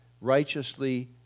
righteously